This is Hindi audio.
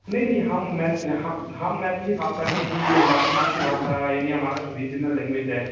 नहीं नहीं हम मैथिली हम हम मैथिली भाषा के ही हमारी मातृभाषा यानी हमारा जो रीजनल लैंग्वेज है